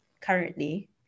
currently